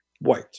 white